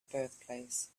birthplace